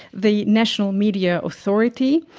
the national media authority,